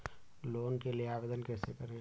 Loan के लिए आवेदन कैसे करें?